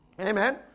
Amen